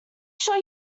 sure